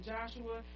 Joshua